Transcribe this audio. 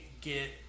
get